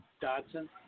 Dodson